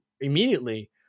immediately